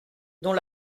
dont